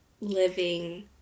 living